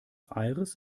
aires